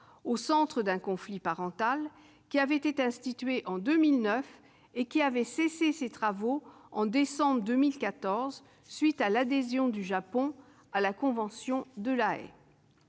au centre d'un conflit parental, qui avait été institué en 2009 et qui avait cessé ses travaux au mois de décembre 2014 à la suite de l'adhésion du Japon à la convention de La Haye.